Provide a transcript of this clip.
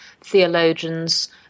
theologians